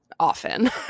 often